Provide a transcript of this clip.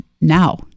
now